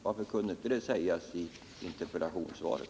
Varför kunde det då inte sägas i interpellationssvaret?